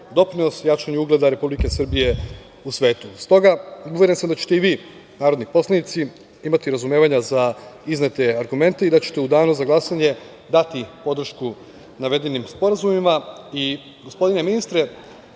doprinos i jačanju ugleda Republike Srbije u svetu. Stoga, uveren sam da ćete i vi, narodni poslanici, imati razumevanja za iznete argumente i da ćete u danu za glasanje dati podršku navedenim sporazumima. Gospodine ministre,